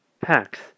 packs